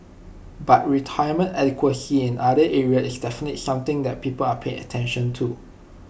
but retirement adequacy in other area is definitely something that people are paying attention to